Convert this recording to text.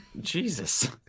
Jesus